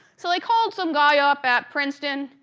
so they called some guy up at princeton,